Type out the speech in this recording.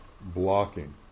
blocking